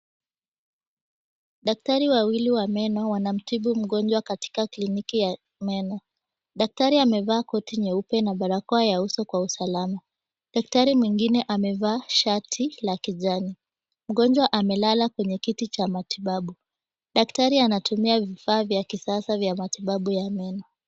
Daktari wawili wa meno wanamtibu mgonjwa katika kliniki ya meno, daktari amevaa koti nyeupe na barakoa ya uso kwa usalama, daktari mwingine amevaa shati la kijani, mgonjwa amelala kwenye kiti cha matibabu, daktari anatumia vifaa vya kisasa vya matibabu ya meno.